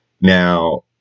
Now